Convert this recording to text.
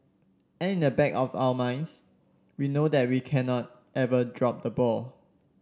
and in the back of our minds we know that we cannot ever drop the ball